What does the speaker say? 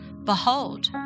Behold